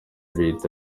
bihita